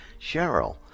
Cheryl